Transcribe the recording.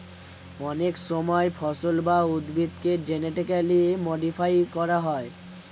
অনেক সময় ফসল বা উদ্ভিদকে জেনেটিক্যালি মডিফাই করা হয়